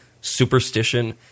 superstition